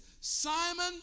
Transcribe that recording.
simon